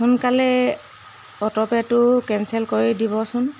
সোনকালে অট'পেটো কেনচেল কৰি দিবচোন